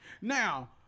Now